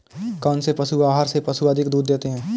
कौनसे पशु आहार से पशु अधिक दूध देते हैं?